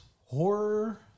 horror